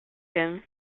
him